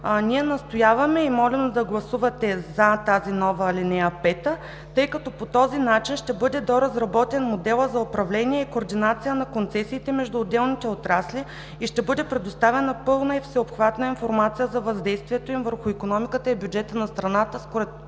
ние настояваме и молим да гласувате „за“ тази нова алинея 5, тъй като по този начин ще бъде доразработен моделът за управление и координация на концесиите между отделните отрасли и ще бъде предоставена пълна и всеобхватна информация за въздействието им върху икономиката и бюджета на страната, което